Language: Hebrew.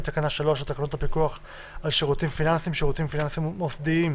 תקנה 3 לתקנות הפיקוח על שירותים פיננסיים (שירותים פיננסיים מוסדרים)